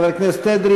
חבר הכנסת אדרי,